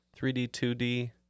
3D-2D